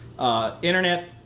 internet